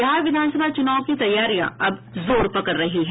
बिहार विधानसभा चुनाव की तैयारियां अब जोर पकड़ रही है